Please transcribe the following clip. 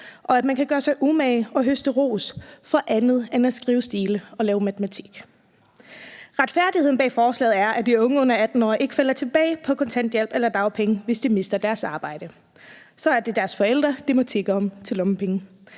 og at man kan gøre sig umage og høste ros for andet end at skrive stile og lave matematik. Retfærdigheden bag forslaget er, at de unge under 18 år ikke falder tilbage på kontanthjælp eller dagpenge, hvis de mister deres arbejde. Så er det deres forældre, de må tigge om lommepenge.